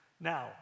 Now